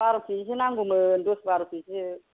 बार' केजि सो नांगौमोन दस बार' केजि